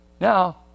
Now